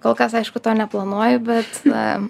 kol kas aišku to neplanuoju bet na